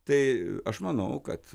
tai aš manau kad